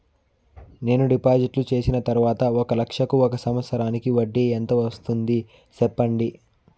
నేను డిపాజిట్లు చేసిన తర్వాత ఒక లక్ష కు ఒక సంవత్సరానికి వడ్డీ ఎంత వస్తుంది? సెప్పండి?